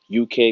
UK